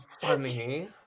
funny